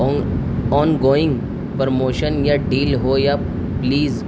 آن ongoing promotion یا deal ہو یا پلیز